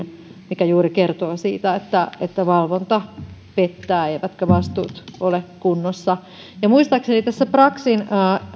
mikä juuri kertoo siitä että että valvonta pettää eivätkä vastuut ole kunnossa muistaakseni tässä braxin